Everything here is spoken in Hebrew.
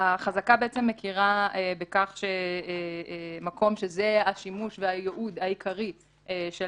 החזקה בעצם מכירה בכך שמקום שזה השימוש והייעוד העיקרי של